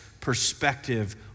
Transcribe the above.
perspective